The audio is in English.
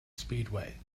speedway